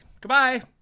Goodbye